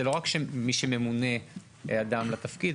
זה לא רק מרגע שממונה אדם לתפקיד,